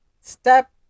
Step